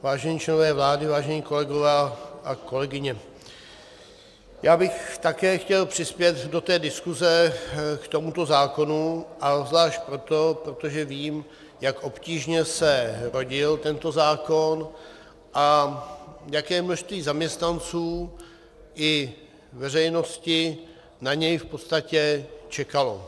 Vážení členové vlády, vážení kolegové a kolegyně, také bych chtěl přispět do diskuse k tomuto zákonu, a obzvlášť proto, protože vím, jak obtížně se tento zákon rodil a jaké množství zaměstnanců a veřejnosti na něj v podstatě čekalo.